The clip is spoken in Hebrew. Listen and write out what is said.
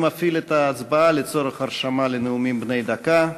אני מפעיל את ההצבעה לצורך הרשמה לנאומים בני דקה.